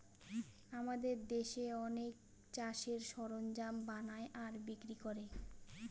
আমাদের দেশে অনেকে চাষের সরঞ্জাম বানায় আর বিক্রি করে